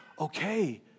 okay